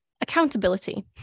accountability